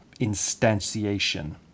instantiation